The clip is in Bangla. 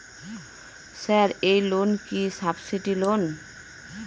স্যার এই লোন কি সাবসিডি লোন?